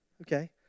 Okay